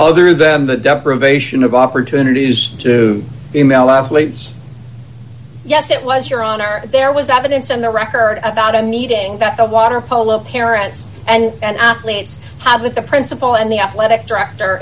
other than the deprivation of opportunity to be male athletes yes it was your honor there was evidence on the record about a meeting that the water polo parents and athletes had with the principal and the athletic director